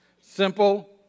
Simple